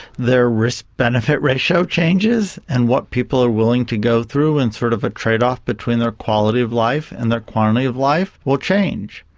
their risk benefit ratio changes, and what people are willing to go through in sort of a trade-off between their quality of life and their quantity of life will change.